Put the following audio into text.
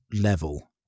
level